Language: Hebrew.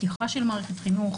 פתיחה של מערכת חינוך,